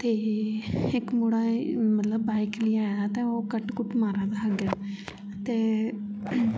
ते एक मुड़ा मतलब बाइक लेइयै आया ते ओ कट कुट मारा दा हा अग्गे ते ते